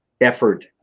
effort